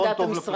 מה עמדת המשרד?